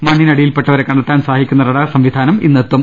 മണ്ണിനടിയിൽപ്പെട്ടവരെ കണ്ടെത്താൻ സഹായിക്കുന്ന റഡാർ സംവിധാനം ഇന്ന് എത്തും